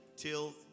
Till